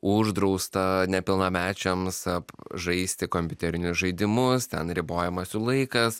uždrausta nepilnamečiams žaisti kompiuterinius žaidimus ten ir ribojamas jų laikas